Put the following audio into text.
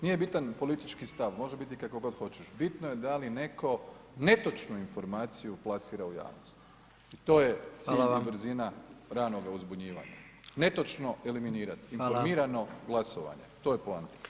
Nije bitan politički stav, može biti kako god hoćeš, bitno je da li netko netočnu informaciju plasira u javnost, to je cilj i brzina ranoga uzbunjivanja [[Upadica: Hvala vam.]] netočno eliminirat, informirano glasovanje, to je poanta.